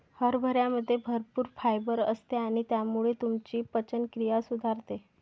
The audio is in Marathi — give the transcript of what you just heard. हरभऱ्यामध्ये भरपूर फायबर असते आणि त्यामुळे तुमची पचनक्रिया सुधारते